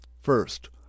first